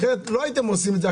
אחרת לא הייתם עושים את זה,